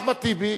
אחמד טיבי,